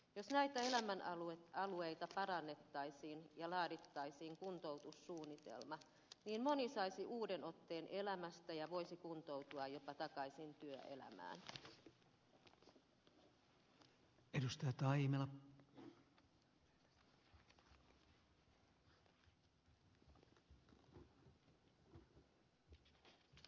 jos näitä elämänalueita parannettaisiin ja laadittaisiin kuntoutussuunnitelma niin moni saisi uuden otteen elämästä ja voisi kuntoutua jopa takaisin työelämään